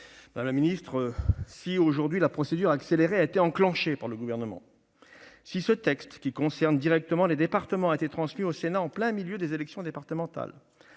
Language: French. d'intérêt immédiat. Si la procédure accélérée a été engagée par le Gouvernement, si ce texte qui concerne directement les départements a été transmis au Sénat en plein milieu des élections départementales,